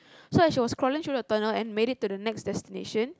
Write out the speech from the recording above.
so as she was crawling through the tunnel and made it to the next destination